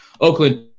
Oakland